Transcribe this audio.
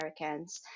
Americans